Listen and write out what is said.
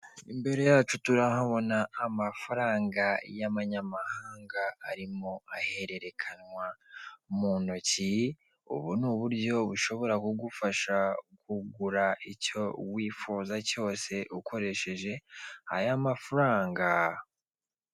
Imbere yacu turahabona amafaranga y'amanyamahanga, arimo ahererekanywa mu ntoki, ubu ni uburyo bushobora kugufasha kugura icyo wifuza cyose ukoresheje aya mafaranga.